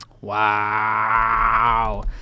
Wow